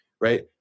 right